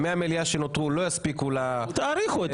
ימי המליאה שנותרו לא יספיקו לחקיקה.